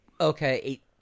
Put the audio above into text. Okay